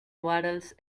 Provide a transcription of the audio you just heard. waddles